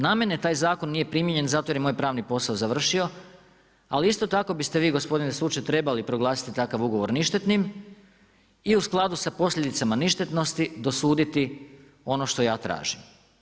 Na mene taj zakon nije primijenjen zato jer je moj pravni posao završio, ali isto tako biste vi gospodine suče trebali takav ugovor ništetnim i u skladu sa posljedicama ništetnosti dosuditi ono što ja tražim.